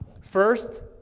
First